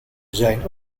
zijn